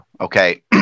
Okay